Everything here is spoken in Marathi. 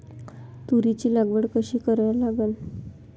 तुरीची लागवड कशी करा लागन?